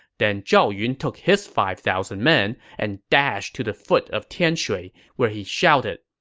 then zhao yun took his five thousand men and dashed to the foot of tianshui, where he shouted,